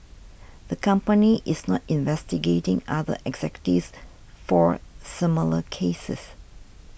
the company is not investigating other executives for similar cases